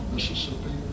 Mississippi